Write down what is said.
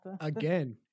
Again